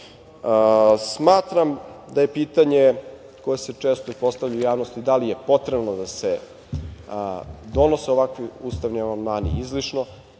članove. Smatram da je pitanje koje se često i postavlja u javnosti, da li je potrebno da se donose ovakvi ustavni amandmani, izlišno.